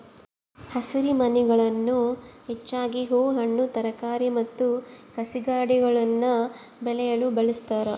ಹಸಿರುಮನೆಗಳನ್ನು ಹೆಚ್ಚಾಗಿ ಹೂ ಹಣ್ಣು ತರಕಾರಿ ಮತ್ತು ಕಸಿಗಿಡಗುಳ್ನ ಬೆಳೆಯಲು ಬಳಸ್ತಾರ